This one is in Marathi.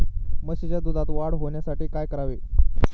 म्हशीच्या दुधात वाढ होण्यासाठी काय करावे?